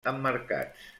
emmarcats